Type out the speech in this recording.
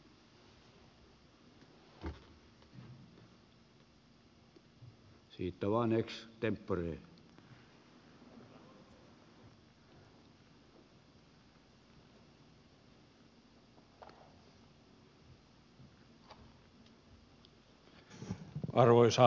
arvoisa puhemies